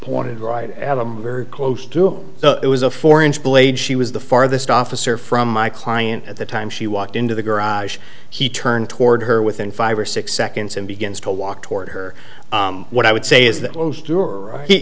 pointed right at the very close to it was a four inch blade she was the farthest officer from my client at the time she walked into the garage he turned toward her within five or six seconds and begins to walk toward her what i would say is